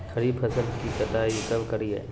खरीफ फसल की कटाई कब करिये?